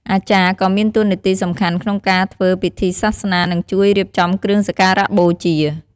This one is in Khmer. អាចារ្យក៏មានតួនាទីសំខាន់ក្នុងការធ្វើពិធីសាសនា និងជួយរៀបចំគ្រឿងសក្ការៈបូជា។